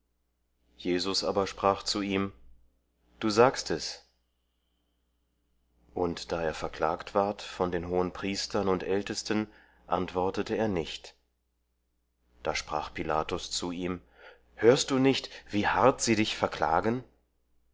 jesus aber sprach zu ihm du sagst es und da er verklagt ward von den hohenpriestern und ältesten antwortete er nicht da sprach pilatus zu ihm hörst du nicht wie hart sie dich verklagen